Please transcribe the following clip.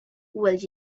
will